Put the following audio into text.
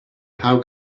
how